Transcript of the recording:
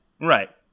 Right